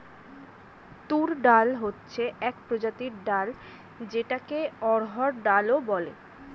তুর ডাল হচ্ছে এক প্রজাতির ডাল যেটাকে অড়হর ডাল ও বলে